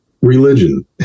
religion